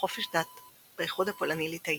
חופש דת באיחוד הפולני-ליטאי.